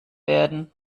werden